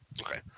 Okay